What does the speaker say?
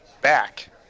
back